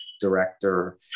director